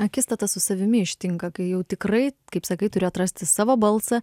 akistata su savimi ištinka kai jau tikrai kaip sakai turi atrasti savo balsą